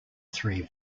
three